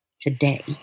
today